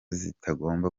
zitagomba